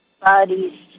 bodies